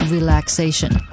Relaxation